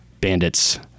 Bandits